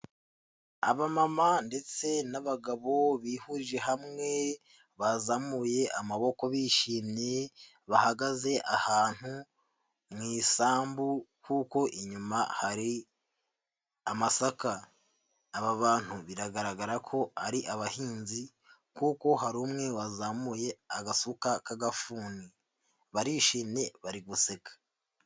Abamama ndetse n'abagabo bihurije hamwe bazamuye amaboko bishimye, bahagaze ahantu mw'isambu kuko inyuma hari amasaka, aba bantu biragaragara ko ari abahinzi kuko hari umwe wazamuye agasuka k'agafuni , barishimye bari guseka.